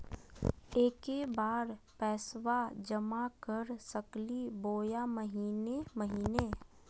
एके बार पैस्बा जमा कर सकली बोया महीने महीने?